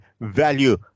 value